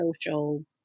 social